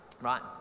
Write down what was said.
right